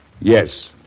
Yes